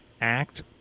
act